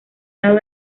lado